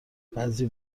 بعضی